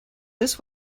this